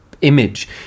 image